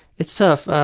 it's tough,